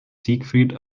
siegfried